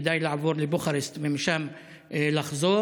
כדאי לעבור לבוקרשט ומשם לחזור,